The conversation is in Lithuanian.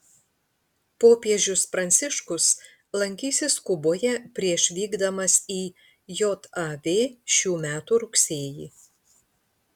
popiežius pranciškus lankysis kuboje prieš vykdamas į jav šių metų rugsėjį